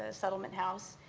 ah settlement house.